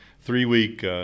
three-week